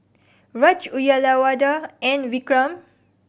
Raj Uyyalawada and Vikram